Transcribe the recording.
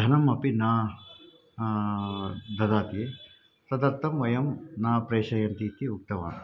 धनम् अपि न ददाति तदर्थं वयं न प्रेषयन्ति इति उक्तवान्